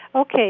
Okay